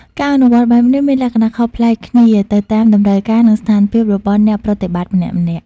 ការអនុវត្តន៍បែបនេះមានលក្ខណៈខុសប្លែកគ្នា ទៅតាមតម្រូវការនិងស្ថានភាពរបស់អ្នកប្រតិបត្តិម្នាក់ៗ។